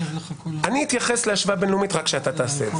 אני אתייחס להשוואה בין-לאומית רק כשאתה תעשה את זה.